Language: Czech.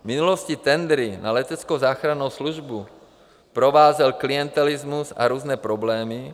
V minulosti tendry na leteckou záchrannou službu provázel klientelismus a různé problémy.